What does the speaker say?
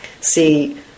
see